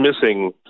missing